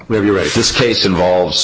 aybe write this case involves